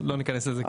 לא ניכנס לזה כרגע.